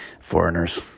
Foreigners